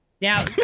Now